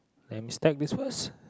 let me stack this first